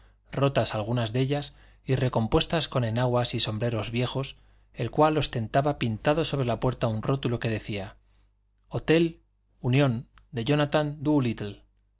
rotas algunas de ellas y recompuestas con enaguas y sombreros viejos el cual ostentaba pintado sobre la puerta un rótulo que decía hotel unión de jónathan